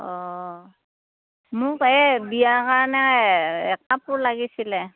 অঁ মোক এই বিয়াৰ কাৰণে এক কাপোৰ লাগিছিলে